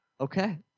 Okay